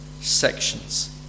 sections